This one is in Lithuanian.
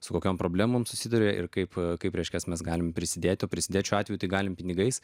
su kokiom problemom susiduria ir kaip kaip reiškias mes galim prisidėti o prisidėt šiuo atveju tai galim pinigais